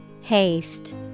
Haste